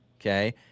Okay